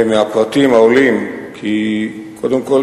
מהפרטים עולה כי קודם כול,